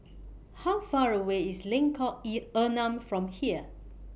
How Far away IS Lengkong Enam from here